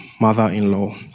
mother-in-law